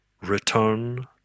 return